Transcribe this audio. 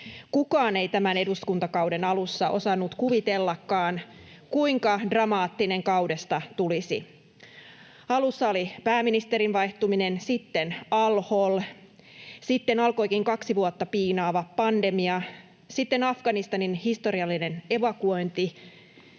Kukaan ei tämän eduskuntakauden alussa osannut kuvitellakaan, kuinka dramaattinen kaudesta tulisi. Alussa oli pääministerin vaihtuminen, sitten al-Hol, sitten alkoikin kaksi vuotta piinaava pandemia, sitten Afganistanin historiallinen evakuointi